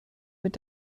mit